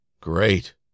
Great